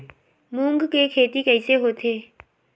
मूंग के खेती कइसे होथे?